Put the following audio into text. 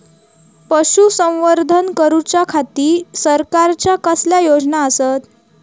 पशुसंवर्धन करूच्या खाती सरकारच्या कसल्या योजना आसत?